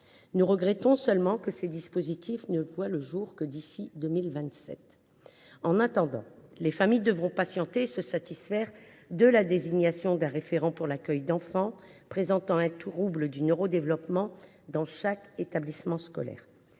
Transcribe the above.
Nous regrettons seulement que ces dispositifs ne voient le jour que d’ici à 2027. En attendant, les familles devront patienter et se satisfaire de la désignation d’un référent pour l’accueil d’enfants présentant un trouble du neurodéveloppement dans chaque établissement scolaire.